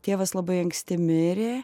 tėvas labai anksti mirė